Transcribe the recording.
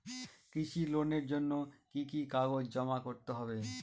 কৃষি লোনের জন্য কি কি কাগজ জমা করতে হবে?